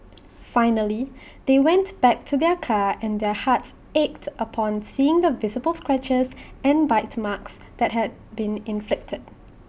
finally they went back to their car and their hearts ached upon seeing the visible scratches and bite marks that had been inflicted